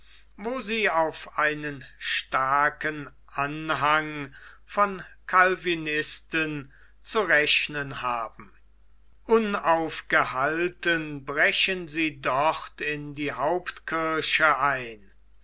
wo sie auf einen starken anhang von calvinisten zu rechnen haben unaufgehalten brechen sie dort in die hauptkirche ein